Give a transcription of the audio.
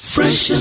Fresh